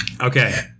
Okay